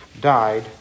died